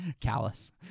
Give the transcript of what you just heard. Callous